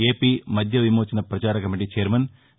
AP మద్య విమోచన పచార కమిటీ వైర్మన్ వి